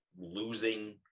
losing